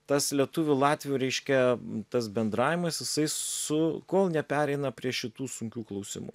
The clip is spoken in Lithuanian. tas lietuvių latvių reiškia tas bendravimas jisai su kol nepereina prie šitų sunkių klausimų